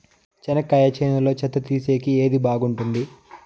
చెనక్కాయ చేనులో చెత్త తీసేకి ఏది బాగుంటుంది?